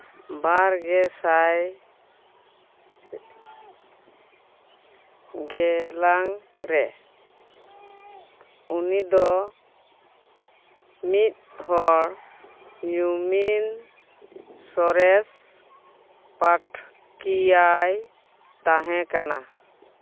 ᱵᱟᱨ ᱜᱮ ᱥᱟᱭ ᱜᱮᱞᱟᱝ ᱨᱮ ᱩᱱᱤ ᱫᱚ ᱢᱤᱫ ᱦᱚᱲ ᱧᱩᱢᱟᱱ ᱥᱚᱨᱮᱥ ᱯᱟᱴᱷᱚᱠᱤᱭᱟᱹᱭ ᱛᱟᱦᱮᱸ ᱠᱟᱱᱟ